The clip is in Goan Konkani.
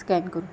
स्कॅन करून